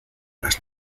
las